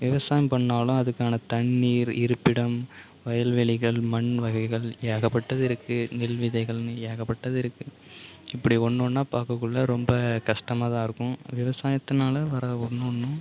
விவசாயம் பண்ணிணாலும் அதுக்கான தண்ணீர் இருப்பிடம் வயல்வெளிகள் மண் வகைகள் ஏகப்பட்டது இருக்குது நெல் விதைகள்னு ஏகப்பட்டது இருக்குது இப்படி ஒன்று ஒன்றா பார்க்கக்குள்ள ரொம்ப கஷ்டமா தான் இருக்கும் விவசாயத்துனால் வர ஒன்று ஒன்றும்